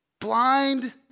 Blind